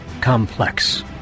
Complex